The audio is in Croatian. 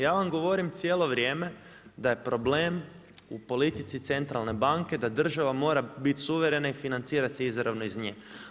Ja vam govorim cijelo vrijeme da je problem u politici centralne banke da država mora biti suverena i financirati se izravno iz nje.